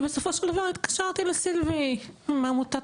ובסופו של דבר התקשרתי לסילבי מעמותת